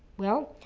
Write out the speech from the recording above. well,